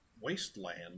wasteland